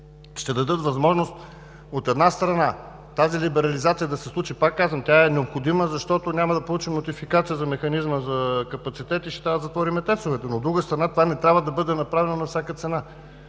ще дадат възможност, от една страна, тази либерализация да се случи, пак казвам, тя е необходима, защото няма да получим нотификация на механизма за капацитет и ще трябва да затворим ТЕЦ-овете, но, от друга страна, това не трябва да бъде направено на всяка цена.